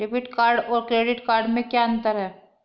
Debit card और credit card में क्या अंतर है?